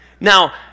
Now